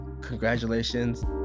Congratulations